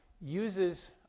uses